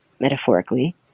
metaphorically